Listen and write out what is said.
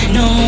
no